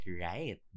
right